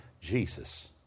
Jesus